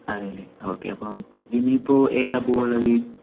അതെ അല്ലെ ഒക്കെ അപ്പോൾ ഇനി ഇപ്പോൾ ഏതാണ് പൂവ് ഉള്ളത്